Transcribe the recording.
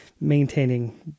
maintaining